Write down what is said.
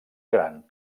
gran